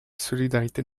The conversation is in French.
solidarité